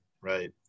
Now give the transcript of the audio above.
right